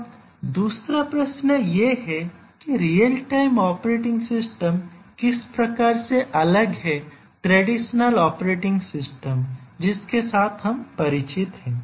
अब दूसरा प्रश्न यह है कि रियल टाइम ऑपरेटिंग सिस्टम किस प्रकार से अलग है ट्रेडिशनल ऑपरेटिंग सिस्टम जिसके साथ हम परिचित हैं